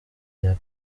rya